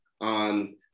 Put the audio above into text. on